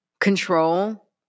control